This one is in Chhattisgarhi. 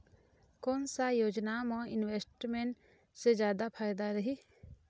कोन सा योजना मे इन्वेस्टमेंट से जादा फायदा रही?